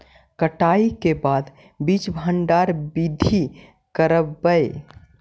कटाई के बाद बीज भंडारन बीधी करबय?